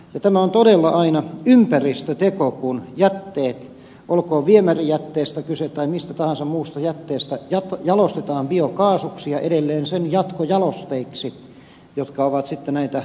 tämä on todella aina ympäristöteko kun jätteet olkoon viemärijätteestä tai mistä tahansa muusta jätteestä kyse jalostetaan biokaasuksi ja edelleen sen jatkojalosteiksi jotka ovat sitten näitä polttoaineita